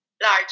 Large